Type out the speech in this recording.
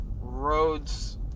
roads